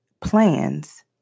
plans